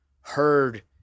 heard